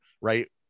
right